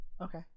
Okay